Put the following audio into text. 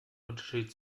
unterschied